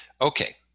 Okay